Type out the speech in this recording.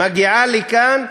מגיעה לכאן,